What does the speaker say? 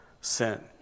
sin